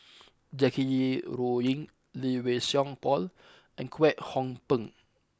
Jackie Yi Wu Ying Lee Wei Song Paul and Kwek Hong Png